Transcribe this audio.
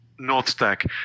NorthStack